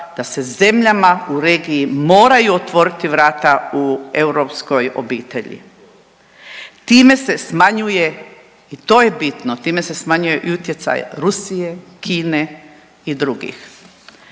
da se zemljama u regiji moraju otvoriti vrata u europskoj obitelji. Time se smanjuje i to je bitno, time se smanjuje utjecaj Rusije, Kine i drugih.